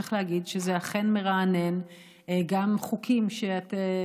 צריך להגיד שזה אכן מרענן גם חוקים שאת,